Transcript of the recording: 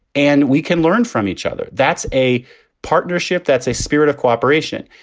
and we can learn from each other. that's a partnership. that's a spirit of cooperation.